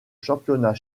championnat